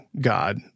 God